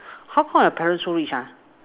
how come your parent so richer